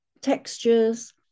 textures